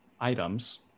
items